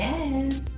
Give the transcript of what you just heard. Yes